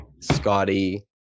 Scotty